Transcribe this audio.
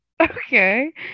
Okay